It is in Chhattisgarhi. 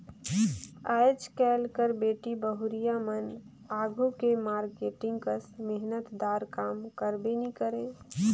आएज काएल कर बेटी बहुरिया मन आघु के मारकेटिंग कस मेहनत दार काम करबे नी करे